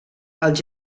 els